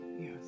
yes